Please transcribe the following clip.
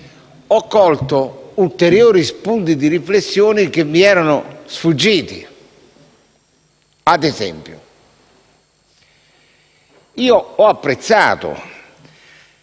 ho colto ulteriori spunti di riflessione che mi erano sfuggiti: ad esempio, ho apprezzato